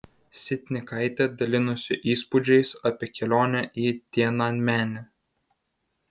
sitnikaitė dalinosi įspūdžiais apie kelionę į tiananmenį